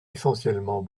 essentiellement